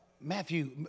Matthew